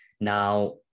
Now